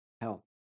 help